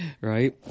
Right